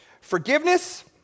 Forgiveness